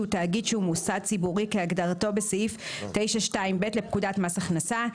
תאגיד שהוא מוסד ציבורי כהגדרתו בסעיף 9(2)(ב) לפקודת מס הכנסה,